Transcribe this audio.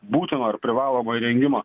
būtino ar privalomo įrengimo